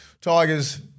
Tigers